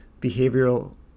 behavioral